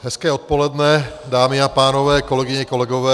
Hezké odpoledne, dámy a pánové, kolegyně, kolegové.